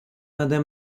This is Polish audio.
nade